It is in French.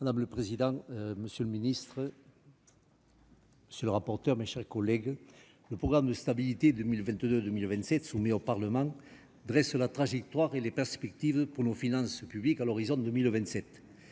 Madame la présidente, monsieur le ministre, mes chers collègues, le programme de stabilité 2022-2027 soumis au Parlement dresse la trajectoire et les perspectives pour nos finances publiques à l'horizon de 2027.